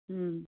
ହୁଁ